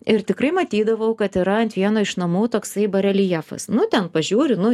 ir tikrai matydavau kad yra ant vieno iš namų toksai bareljefas nu ten pažiūri nu